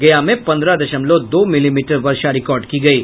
गया में पन्द्रह दशमलव दो मिलीमीटर वर्षा रिकॉर्ड की गयी